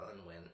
Unwin